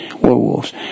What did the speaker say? werewolves